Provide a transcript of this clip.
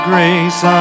grace